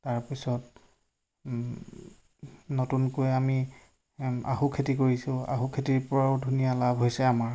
তাৰপিছত নতুনকৈ আমি আহু খেতি কৰিছোঁ আহু খেতিৰ পৰাও ধুনীয়া লাভ হৈছে আমাৰ